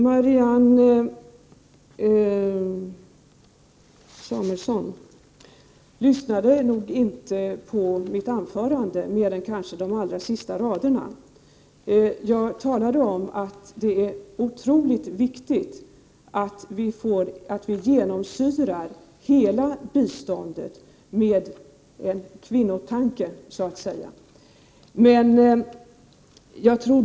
Marianne Samuelsson lyssnade nog inte på mitt anförande, annat än kanske på de allra sista raderna. Jag talade om att det är otroligt viktigt att hela biståndet genomsyras av en kvinnotanke.